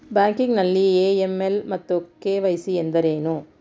Banking ನಲ್ಲಿ AML ಮತ್ತು KYC ಎಂದರೇನು?